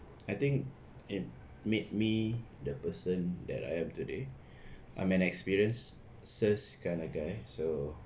I think it made me the person that I am today I'm an experiences kinda guy so